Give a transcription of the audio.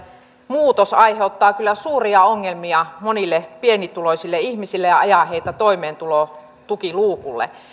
muutos aiheuttaa kyllä suuria ongelmia monille pienituloisille ihmisille ja ajaa heitä toimeentulotukiluukulle